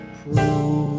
prove